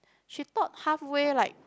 she taught halfway like